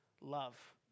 Love